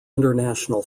international